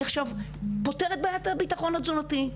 אני עכשיו פותר את בעיית הביטחון התזונתי,